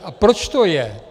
A proč to je?